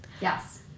Yes